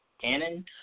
canon